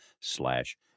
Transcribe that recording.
slash